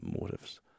motives